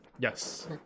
Yes